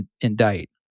indict